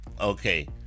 Okay